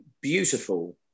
beautiful